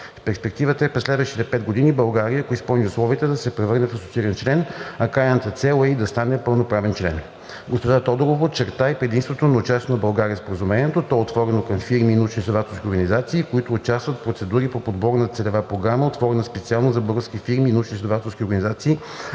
Перспективата е през следващите пет години България, ако изпълни условията, да се превърне в асоцииран член, а крайната цел е и да стане пълноправен член. Госпожа Тодорова очерта предимствата на участието на България в Споразумението. То е отворено към фирми и научноизследователски организации, които участват в процедури на подбор по целева програма, отворена специално за българските фирми и научноизследователски организации,